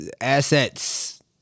assets